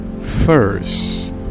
first